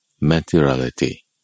materiality